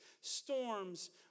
storms